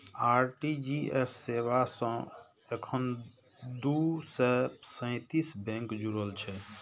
RTGS सेवा सं एखन दू सय सैंतीस बैंक जुड़ल छै